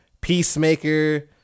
Peacemaker